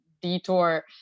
detour